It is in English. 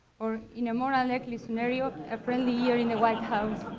or in a more unlikely scenario, a friendly year in the white house.